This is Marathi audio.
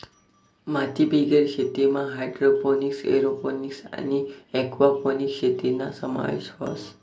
मातीबिगेर शेतीमा हायड्रोपोनिक्स, एरोपोनिक्स आणि एक्वापोनिक्स शेतीना समावेश व्हस